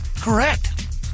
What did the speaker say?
Correct